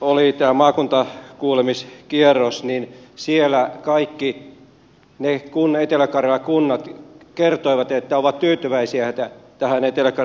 oli tämä maakuntakuulemiskierros niin siellä kaikki etelä karjalan kunnat kertoivat että ovat tyytyväisiä tähän etelä karjalan sosiaali ja terveyspiiriin